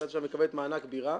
היא מקבלת מענק בירה,